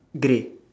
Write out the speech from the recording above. grey